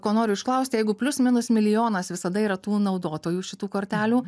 ko noriu užklausti jeigu plius minus milijonas visada yra tų naudotojų šitų kortelių